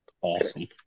Awesome